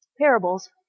parables